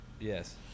Yes